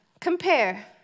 Compare